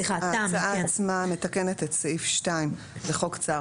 ההצעה עצמה מתקנת את סעיף 2 לחוק צער